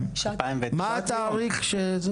מה התאריך?